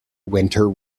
winter